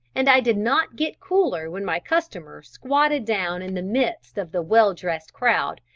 and i did not get cooler when my customer squatted down in the midst of the well-dressed crowd,